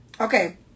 Okay